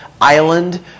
Island